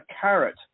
carrot